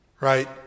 right